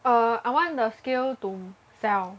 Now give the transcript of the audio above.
uh I want the skill to sell